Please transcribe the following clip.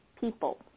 people